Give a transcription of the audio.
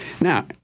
Now